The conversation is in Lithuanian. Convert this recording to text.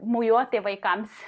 mojuoti vaikams